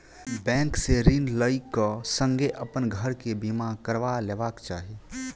bank से ऋण लै क संगै अपन घर के बीमा करबा लेबाक चाही